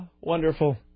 Wonderful